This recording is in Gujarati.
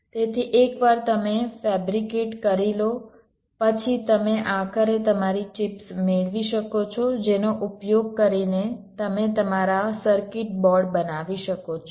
તેથી એકવાર તમે ફેબ્રિકેટ કરી લો પછી તમે આખરે તમારી ચિપ્સ મેળવી શકો છો જેનો ઉપયોગ કરીને તમે તમારા સર્કિટ બોર્ડ બનાવી શકો છો